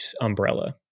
umbrella